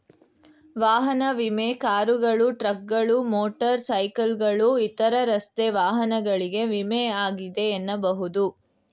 ವಾಹನ ವಿಮೆ ಕಾರುಗಳು, ಟ್ರಕ್ಗಳು, ಮೋಟರ್ ಸೈಕಲ್ಗಳು ಇತರ ರಸ್ತೆ ವಾಹನಗಳಿಗೆ ವಿಮೆ ಆಗಿದೆ ಎನ್ನಬಹುದು